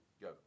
Go